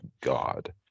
God